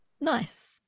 nice